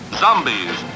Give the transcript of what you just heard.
zombies